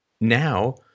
now